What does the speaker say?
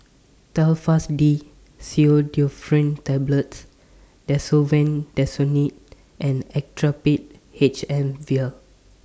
Telfast D Pseudoephrine Tablets Desowen Desonide and Actrapid H M Vial